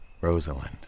Rosalind